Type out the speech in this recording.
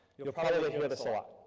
you'll but probably but hear this a lot,